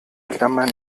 klammern